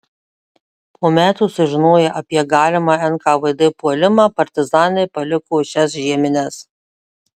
po metų sužinoję apie galimą nkvd puolimą partizanai paliko šias žiemines